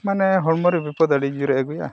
ᱢᱟᱱᱮ ᱦᱚᱲᱢᱚ ᱨᱮ ᱵᱤᱯᱚᱫ ᱟᱹᱰᱤ ᱡᱳᱨᱮ ᱟᱹᱜᱩᱭᱟ